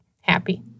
happy